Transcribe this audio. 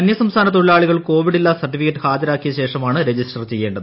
അന്യസംസ്ഥാന തൊഴിലാളികൾ കോവിഡില്ലാ സർട്ടിഫിക്കറ്റ് ഹാജരാക്കിയശേഷമാണ് രജിസ്റ്റർ ചെയ്യേണ്ടത്